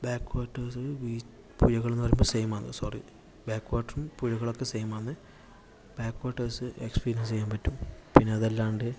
back waters ബീ പുഴകള് എന്നുപറയുമ്പ സെയിം ആണ് സോറി ബാക്ക് വാട്ടേഴ്സ് പുഴകള്ക്ക് സെയിം ആന്ന് ബാക്ക് വാട്ടേഴ്സ് എക്സ്പീരിയൻസ് ചെയ്യാൻ പറ്റും പിന്ന അതല്ലാണ്ട്